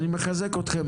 אני מחזק אתכם,